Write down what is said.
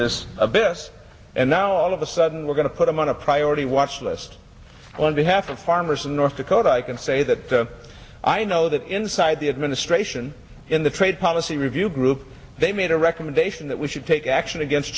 this abyss and now all of a sudden we're going to put them on a priority watchlist on behalf of farmers in north dakota i can say that i know that inside the administration in the trade policy review group they made a recommendation that we should take action against